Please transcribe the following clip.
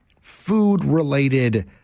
food-related